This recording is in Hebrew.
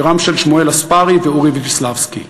שירם של שמואל הספרי ואורי וידיסלבסקי: